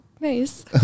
nice